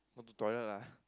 go to toilet lah